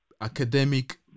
academic